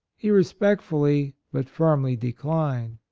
he respectfully but firmly declined.